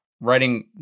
writing